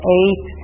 eight